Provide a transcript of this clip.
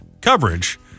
coverage